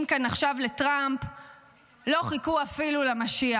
כאן עכשיו לטראמפ לא חיכו אפילו למשיח.